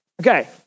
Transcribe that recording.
Okay